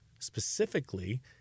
Specifically